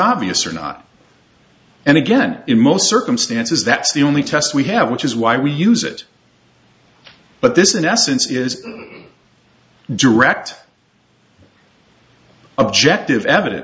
obvious or not and again in most circumstances that's the only test we have which is why we use it but this in essence is a direct objective evidence